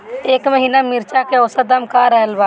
एह महीना मिर्चा के औसत दाम का रहल बा?